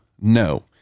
no